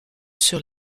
sur